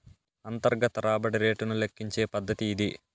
అంతర్గత రాబడి రేటును లెక్కించే పద్దతి ఇది